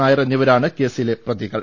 നായർ എന്നിവരാണ് കേസിലെ പ്രതികൾ